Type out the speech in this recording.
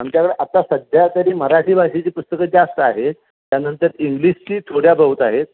आमच्याकडं आत्ता सध्या तरी मराठी भाषेची पुस्तकं जास्त आहे त्यानंतर इंग्लिशची थोड्याबहुत आहेत